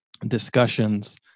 discussions